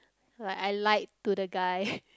like I lied to the guy